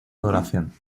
adoración